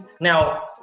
Now